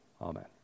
Amen